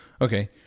Okay